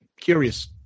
curious